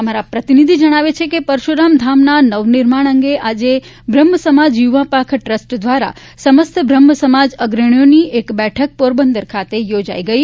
અમારા પ્રતિનિધિ જણાવે છે કે પરશુરામ ધામના નવનિર્માણ અંગે આજે બ્રહ્મસમાજ યુવા પાંખ ટ્રસ્ટ દ્વારા સમસ્ત બ્રહ્મસમાજ અગ્રણીઓની એક બેઠક પોરબંદર ખાતે યોજાઇ ગઇ